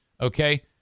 Okay